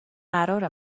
قرار